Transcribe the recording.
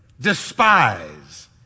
despise